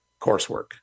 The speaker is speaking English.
coursework